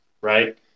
Right